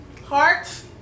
heart